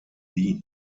wien